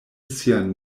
sian